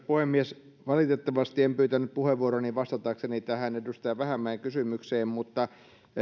puhemies valitettavasti en pyytänyt puheenvuoroani vastatakseni tähän edustaja vähämäen kysymykseen mutta